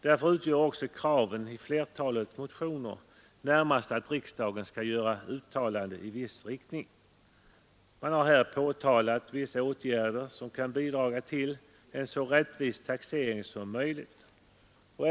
Därför är också kraven i flertalet motioner närmast att riksdagen skall uttala sig i viss riktning. Man har pekat på vissa åtgärder som kan bidra till att åstadkomma en så rättvis taxering som möjligt.